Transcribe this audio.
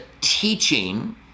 teaching